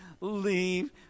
leave